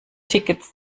tickets